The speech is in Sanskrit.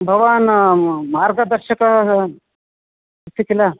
भवान् मार्गदर्शकः अस्ति किल